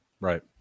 Right